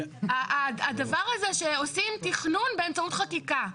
הדבר הזה שעושים תכנון באמצעות חקיקה.